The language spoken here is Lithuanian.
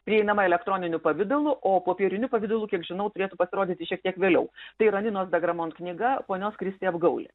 prieinama elektroniniu pavidalu o popieriniu pavidalu kiek žinau turėtų pasirodyti šiek tiek vėliau tai yra ninos degramont knyga ponios kristi apgaulė